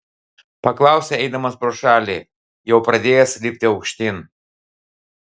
paklausė eidamas pro šalį jau pradėjęs lipti aukštyn